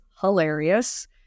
hilarious